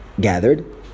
gathered